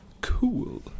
cool